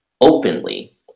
openly